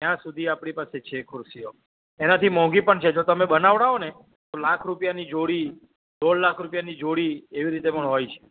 ત્યાં સુધી આપણી પાસે છે ખુરશીઓ એનાથી મોંઘી પણ છે જો તમે બનાવડાવોને તો લાખ રૂપિયાની જોડી દોઢ લાખ રૂપિયાની જોડી એવી રીતે પણ હોય છે